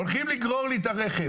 הולכים לגרור לי את הרכב.